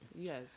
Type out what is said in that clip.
yes